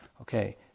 Okay